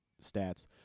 stats